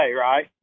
right